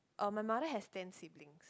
um my mother has ten siblings